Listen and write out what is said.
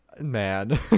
man